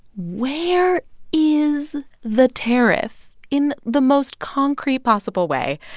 where is the tariff in the most concrete possible way?